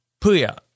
Puya